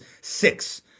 six